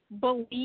believe